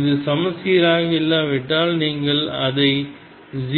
இது சமச்சீராக இல்லாவிட்டால் நீங்கள் அதை